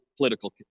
Political